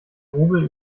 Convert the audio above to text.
hobel